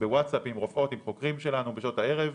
בוואטסאפ עם רופאות ועם חוקרים שלנו בשעות הערב,